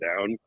down